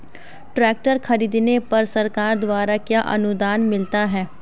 Tractor खरीदने पर सरकार द्वारा क्या अनुदान मिलता है?